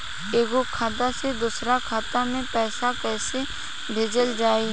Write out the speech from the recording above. एगो खाता से दूसरा खाता मे पैसा कइसे भेजल जाई?